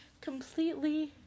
completely